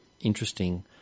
interesting